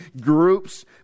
groups